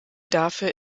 dafür